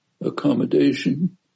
accommodation